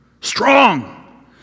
strong